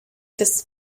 das